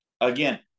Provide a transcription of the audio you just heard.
Again